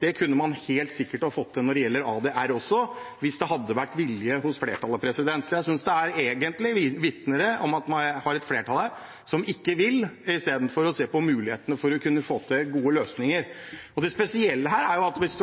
Det kunne man helt sikkert ha fått til når det gjelder ADR også, hvis det hadde vært vilje hos flertallet. Jeg synes egentlig det vitner om at man har et flertall her som ikke vil, istedenfor å se på mulighetene for å kunne få til gode løsninger. Det spesielle er at hvis